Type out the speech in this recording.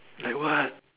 like what